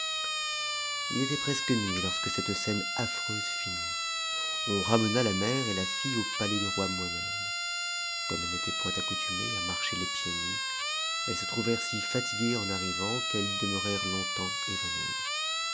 h était presque nuit lorsque cette scène affreuse finit on ramena a mère et la fute au palais du roi mohammed comme elles n'étaient point accoutumées à marcher les pieds nus elles se trouvèrent si fatiguées eu arrivant qu'elles demeurèrent longtemps évanouies